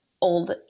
old